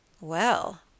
Well